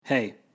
Hey